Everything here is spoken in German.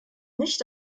nicht